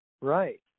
Right